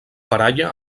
baralla